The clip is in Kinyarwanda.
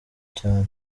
cyane